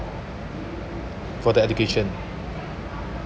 for the education